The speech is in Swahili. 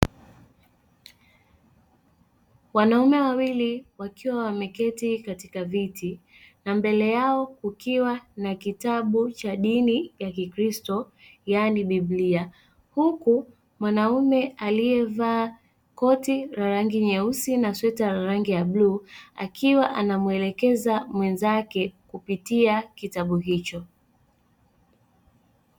Wanaume wawili wakiwa wameketi katika viti, na mbele yao kukiwa na kitabu cha dini ya kikrosti yani Biblia. Huku mwanaume alievaa koti la rangi nyeusi na sweta la rangi ya bluu, akiwa anamuelekeza mwenzake kupitia kitabu hicho.